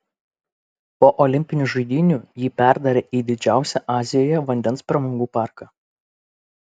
po olimpinių žaidynių jį perdarė į didžiausią azijoje vandens pramogų parką